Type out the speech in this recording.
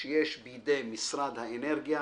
שיש בידי משרד האנרגיה